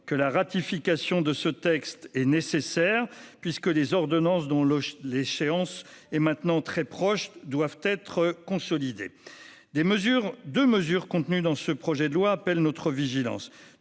que l'adoption de ce projet de loi est nécessaire, puisque les ordonnances, dont l'échéance est désormais très proche, doivent être consolidées. Deux mesures contenues dans ce projet de loi appellent notre vigilance.